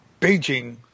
Beijing